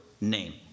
name